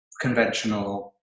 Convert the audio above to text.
conventional